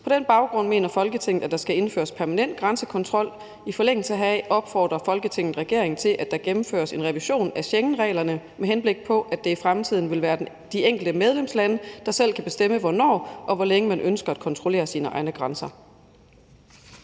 På den baggrund mener Folketinget endvidere, at der skal indføres permanent grænsekontrol. I forlængelse heraf opfordrer Folketinget regeringen til, at der gennemføres en revision af Schengenreglerne, med henblik på at det i fremtiden vil være de enkelte medlemslande, der selv kan bestemme, hvornår og hvor længe man ønsker at kontrollere sine egne grænser.«